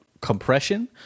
compression